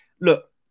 look